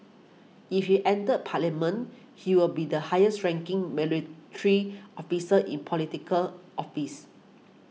if he enters parliament he will be the highest ranking military officer in Political Office